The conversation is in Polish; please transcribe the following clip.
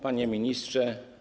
Panie Ministrze!